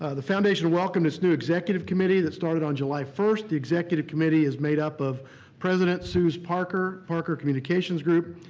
ah the foundation welcomed its new executive committee, that started on july first. the executive committee is made up of president suze parker, parker communications group,